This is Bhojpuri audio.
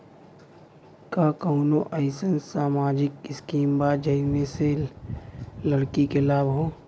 का कौनौ अईसन सामाजिक स्किम बा जौने से लड़की के लाभ हो?